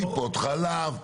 טיפות חלב,